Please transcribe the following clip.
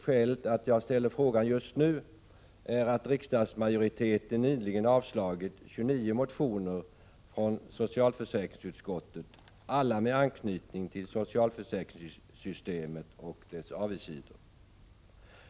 Skälet till att jag ställde frågan just nu är att riksdagsmajoriteten nyligen har avslagit 29 motioner från socialförsäkringsutskottet, alla med anknytning till socialförsäkringssystemet och dess avigsidor.